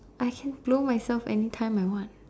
I can blow myself anytime I want